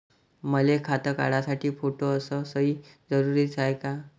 मले खातं काढासाठी फोटो अस सयी जरुरीची हाय का?